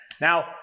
now